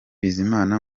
bizimana